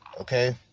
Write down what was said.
Okay